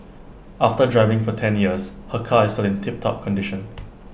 after driving for ten years her car is still in tiptop condition